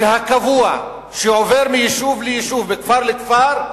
והקבוע שעובר מיישוב ליישוב, מכפר לכפר,